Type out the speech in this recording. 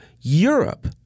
Europe—